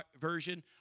Version